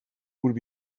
would